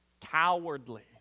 cowardly